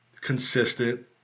consistent